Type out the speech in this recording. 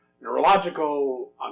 neurological